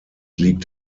liegt